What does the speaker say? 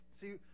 See